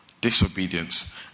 disobedience